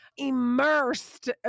immersed